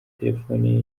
terefoni